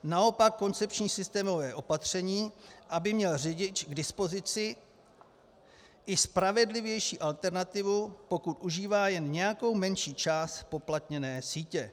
Naopak koncepční systémové opatření, aby měl řidič k dispozici i spravedlivější alternativu, pokud užívá jen nějakou menší část zpoplatněné sítě.